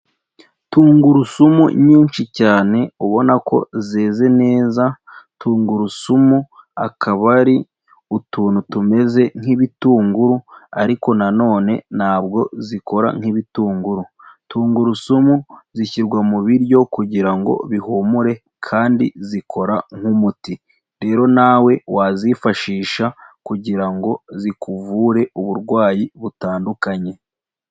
Tungurusumu nyinshi cyane ubona ko zeze neza, tungurusumu akaba ari utuntu tumeze nk'ibitunguru ariko nanone ntabwo zikora nk'ibitunguru, tungurusumu zishyirwa mu biryo kugira ngo bihumure kandi zikora nk'umuti rero nawe wazifashisha kugira ngo zikuvure uburwayi butandukanye.